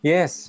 Yes